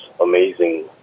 amazing